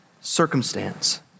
circumstance